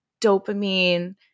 dopamine